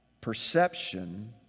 perception